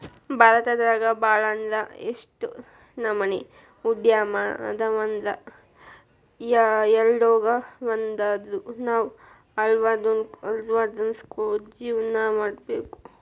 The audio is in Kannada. ಭಾರತದಾಗ ಭಾಳ್ ಅಂದ್ರ ಯೆಷ್ಟ್ ನಮನಿ ಉದ್ಯಮ ಅದಾವಂದ್ರ ಯವ್ದ್ರೊಳಗ್ವಂದಾದ್ರು ನಾವ್ ಅಳ್ವಡ್ಸ್ಕೊಂಡು ಜೇವ್ನಾ ಮಾಡ್ಬೊದು